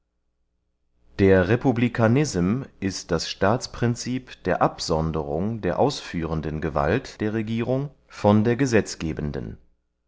der republikanism ist das staatsprincip der absonderung der ausführenden gewalt der regierung von der gesetzgebenden